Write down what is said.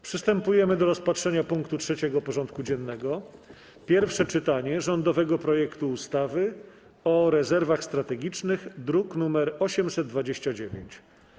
Przystępujemy do rozpatrzenia punktu 3. porządku dziennego: Pierwsze czytanie rządowego projektu ustawy o rezerwach strategicznych (druk nr 829)